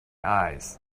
eyes